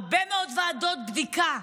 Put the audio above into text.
הרבה מאוד ועדות בדיקה,